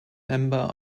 member